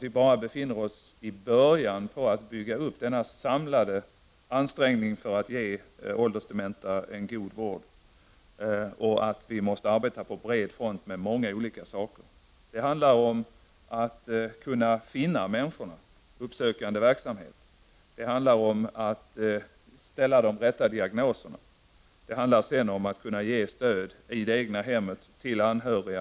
Vi befinner oss ännu bara i början när det gäller att bygga upp denna samlade ansträngning för att ge åldersdementa en god vård. Vi måste arbeta på bred front med många olika saker. Det handlar om att kunna finna människorna, att bedriva uppsökande verksamhet. Det handlar om att ställa rätt diagnos och om att kunna ge stöd i det egna hemmet. Stöd skall även ges till de anhöriga.